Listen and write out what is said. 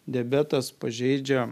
diabetas pažeidžia